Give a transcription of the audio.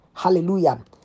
Hallelujah